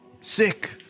Sick